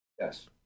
Yes